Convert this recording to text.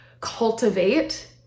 cultivate